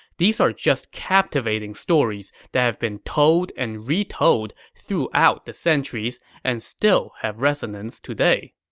these are just captivating stories that have been told and retold throughout the centuries and still have resonance today